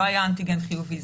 לא היה אנטיגן חיובי.